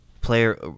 Player